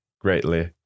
greatly